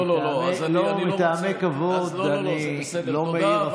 מטעמי כבוד אני לא מעיר אפילו.